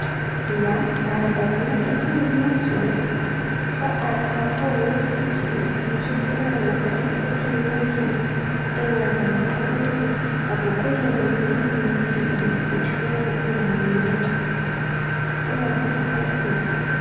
Ia, ara-dalàna feky ny mihin̈an-ken̈a fa arakaràka olo fo zo; misy olo ten̈a manapa-kevitra tsy ihin̈an-ken̈a. Fa ten̈a ara-dalàn̈a koa mihin̈an-ken̈a, avô koa hen̈a io kony misy otrik'aina anatin̈any in̈y, de afaka atao, ten̈a afaka atao feky.